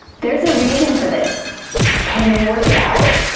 there's a reason for this can you work it out?